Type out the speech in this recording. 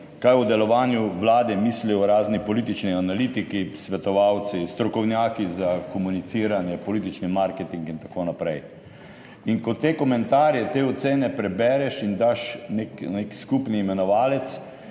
kaj o delovanju Vlade mislijo razni politični analitiki, svetovalci, strokovnjaki za komuniciranje, politični marketing in tako naprej. In, ko te komentarje, te ocene prebereš in daš nek skupni imenovalec,